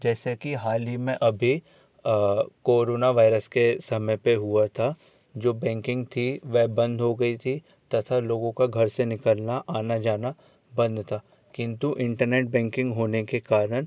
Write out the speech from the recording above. जैसे कि हाल ही में अभी कोरोना वायरस के समय पर हुआ था जो बैंकिंग थी वह बंद हो गई थी तथा लोगों का घर से निकलना आना जाना बंद था किंतु इंटरनेट बैंकिंग होने के कारण